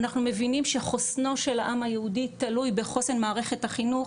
אנחנו מבינים שחוסנו של העם היהודי תלוי בחוסן מערכת החינוך